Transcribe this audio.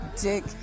dick